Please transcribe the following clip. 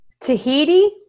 Tahiti